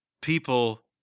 people